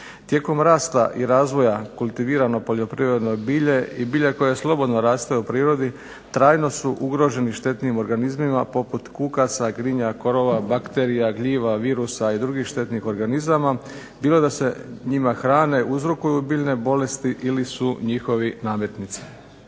Tijekom rasta i razvoja kultivirano poljoprivredno bilje i bilje koje slobodno raste u prirodi trajno su ugroženi štetnim organizama poput kukaca, grinja, korova, bakterija, gljiva, virusa i drugih štetnih organizama, bilo da se njima hrane, uzrokuju biljne bolesti ili su njihovi nametnici.